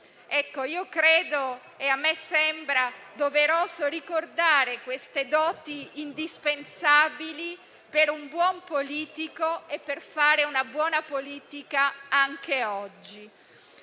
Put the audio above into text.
Ecco, a me sembra doveroso ricordare queste doti indispensabili per un buon politico e per fare una buona politica anche oggi.